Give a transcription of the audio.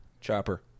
Chopper